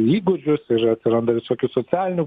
įgūdžius ir atsiranda visokių socialinių